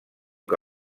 que